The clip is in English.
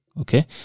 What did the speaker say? okay